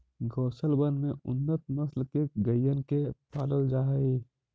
गौशलबन में उन्नत नस्ल के गइयन के पालल जा हई